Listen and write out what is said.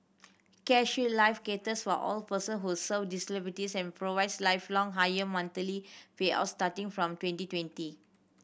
CareShield Life caters all person who so disabilities and provides lifelong higher monthly payouts starting from twenty twenty